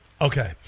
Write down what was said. Okay